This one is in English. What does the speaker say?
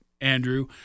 Andrew